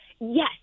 yes